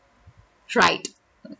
ride